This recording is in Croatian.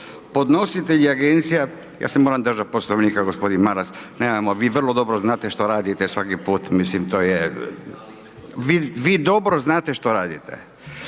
se ne čuje./… Ja se moram držat Poslovnika gospodin Maras, nemamo, vi vrlo dobro znate što radite svaki put, mislim to je, vi dobro znate što radite.